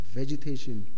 vegetation